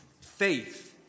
faith